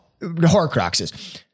horcruxes